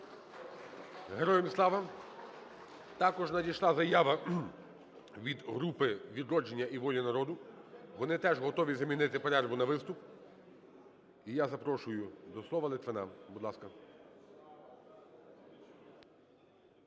Героям слава! Також надійшла заява від груп "Відродження" і "Воля народу". Вони теж готові замінити перерву на виступ. І я запрошую до слова Литвина. Будь ласка.